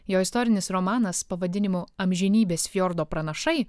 jo istorinis romanas pavadinimu amžinybės fjordo pranašai